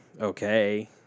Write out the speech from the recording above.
okay